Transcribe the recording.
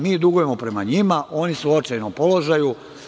Mi dugujemo prema njima, oni su u očajnom položaju.